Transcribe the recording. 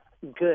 good